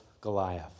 Goliath